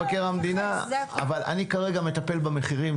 אני כרגע מטפל במחירים,